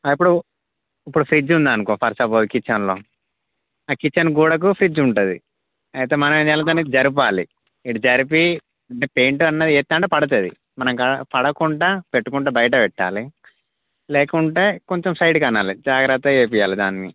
ఇప్పుడు ఇప్పుడు ఫ్రిడ్జ్ ఉందనుకో ఫర్ సపోజ్ కిచెన్లో ఆ కిచెన్ గోడకు ఫ్రిడ్జ్ ఉంటుంది అయితే మనం ఏం చేయాలి జరపాలి ఇటు జరిపి అంటే పెయింట్ అన్నది వేస్తూంటే పడుతుంది మనకాడ పడకుండా పెట్టుకుంటే బయట పెట్టాలి లేకుంటే కొంచెం సైడ్కి అనాలి జాగ్రత్తగా ఏపీయాలి దాన్ని